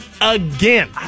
again